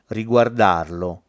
riguardarlo